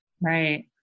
Right